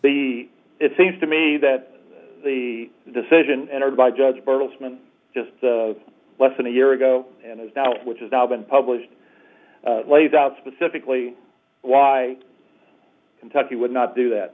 the it seems to me that the decision entered by judge bertelsmann just less than a year ago and is now which is now been published lays out specifically why kentucky would not do that